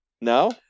No